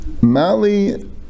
mali